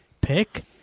pick